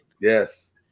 Yes